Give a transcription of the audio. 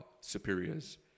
superiors